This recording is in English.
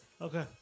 Okay